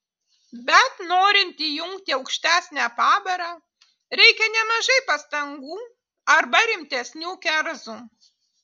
bet norint įjungti aukštesnę pavarą reikia nemažai pastangų arba rimtesnių kerzų